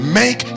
make